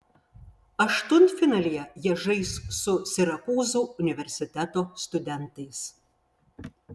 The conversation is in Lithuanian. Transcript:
aštuntfinalyje jie žais su sirakūzų universiteto studentais